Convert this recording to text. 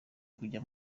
kujya